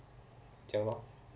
这样 lor